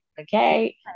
Okay